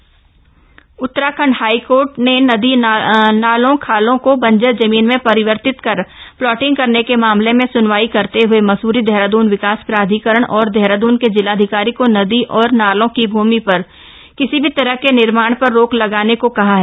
high court MDDA Uttarakhand high court ने नदी नालों खालों को बंजर जमीन में परिवर्तित कर प्लाटिंग करने के मामले में सुनवाई करते हुए मसूरी देहरादून विकास प्राधिकरण और देहरादून के जिलाधिकारी को नदी और नालों की भूमि पर किसी भी तरह के निर्माण पर रोक लगाने को कहा है